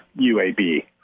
UAB